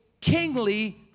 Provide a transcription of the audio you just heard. kingly